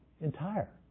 Entire